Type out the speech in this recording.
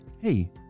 Hey